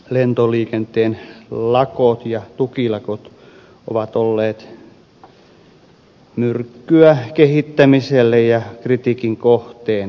lentoliikenteen lakot ja tukilakot ovat olleet myrkkyä kehittämiselle ja kritiikin kohteena